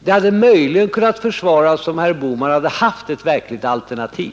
Det hade möjligen kunnat försvaras om herr Bohman hade haft ett verkligt alternativ.